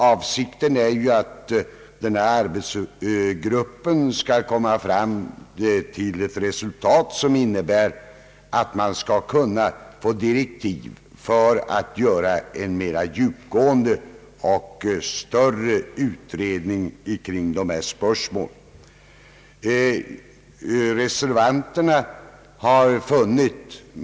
Avsikten är att denna arbetsgrupp skall komma fram till ett resultat som innebär att man skall få direktiv för en mera djupgående och större utredning kring dessa spörsmål.